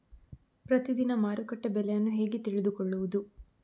ಪ್ರತಿದಿನದ ಮಾರುಕಟ್ಟೆ ಬೆಲೆಯನ್ನು ಹೇಗೆ ತಿಳಿದುಕೊಳ್ಳುವುದು?